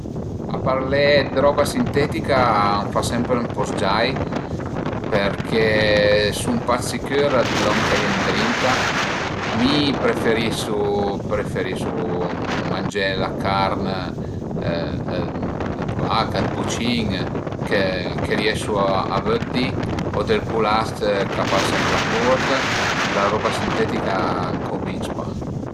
A parlé dë roba sintetica a më fa sempre ën po s-giai përché sun pa sicür dë lon ch'a ie ëndrinta, mi preferisu preferisu mangé la carn dë vaca, dë bucin che riesu a vëddi o del pulast ch'a pasa ën la curt, la roba sintetica a më cunvinc pa